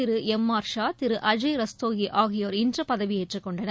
திரு M R Shah திரு அஜய் ரஸ்தோகி ஆகியோர் இன்று பதவியேற்றுக் கொண்டனர்